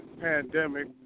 pandemic